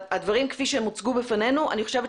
הדברים כפי שהם הוצגו בפנינו אני חושבת